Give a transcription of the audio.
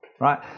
right